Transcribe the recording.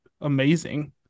amazing